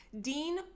Dean